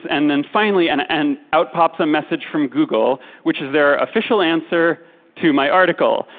and then finally and and out pops a message from google which is their official answer to my article,